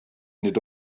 nid